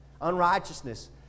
unrighteousness